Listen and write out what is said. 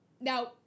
Now